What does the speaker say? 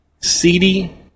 seedy